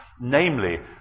Namely